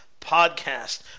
podcast